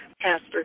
Pastor